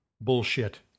bullshit